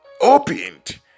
opened